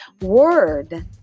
word